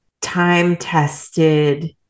time-tested